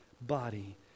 body